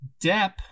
Depp